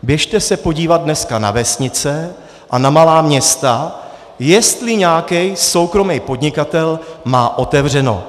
Běžte se podívat dnes na vesnice a na malá města, jestli nějaký soukromý podnikatel má otevřeno.